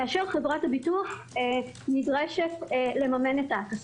כאשר חברת הביטוח נדרשת לממן את ההטסה.